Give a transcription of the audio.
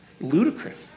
ludicrous